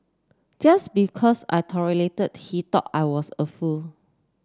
just because I tolerated he thought I was a fool